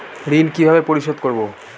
ঋণ কিভাবে পরিশোধ করব?